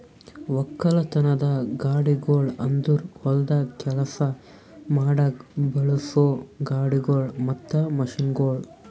ಒಕ್ಕಲತನದ ಗಾಡಿಗೊಳ್ ಅಂದುರ್ ಹೊಲ್ದಾಗ್ ಕೆಲಸ ಮಾಡಾಗ್ ಬಳಸೋ ಗಾಡಿಗೊಳ್ ಮತ್ತ ಮಷೀನ್ಗೊಳ್